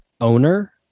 Owner